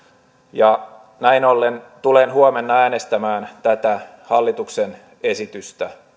näin ollen tulen huomenna äänestämään tätä hallituksen esitystä